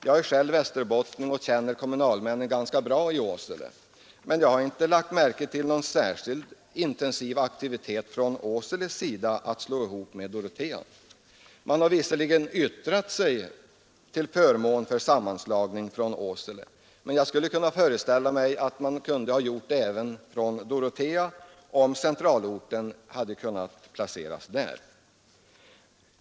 Jag är själv västerbottning och känner kommunalmännen i Åsele ganska bra, men jag har inte lagt märke till någon särskilt intensiv aktivitet från Åseles sida för att få till stånd en sammanslagning med Dorotea. Man har från Åsele visserligen yttrat sig till förmån för en sammanslagning, men jag skulle föreställa mig att även Dorotea kunde ha gjort det, om Dorotea hade föreslagits som centralort.